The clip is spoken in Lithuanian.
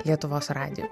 lietuvos radiju